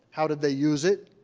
how did they use it,